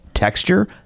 Texture